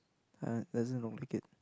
err doesn't